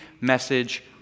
message